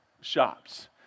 shops